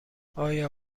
آیا